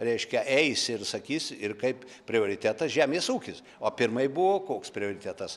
reiškia eisi ir sakys ir kaip prioritetą žemės ūkis o pirmai buvo koks prioritetas